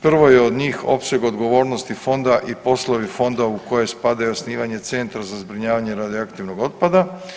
Prvo je od njih opseg odgovornosti fonda i poslovi fonda u koje spada i osnivanje centra za zbrinjavanje radioaktivnog otpada.